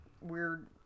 weird